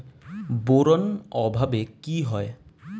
Boron অভাবে কি হয়?